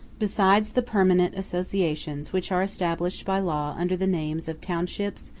besides the permanent associations which are established by law under the names of townships,